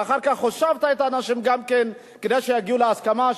ואחר כך הושבת את האנשים גם כן כדי שיגיעו להסכמה,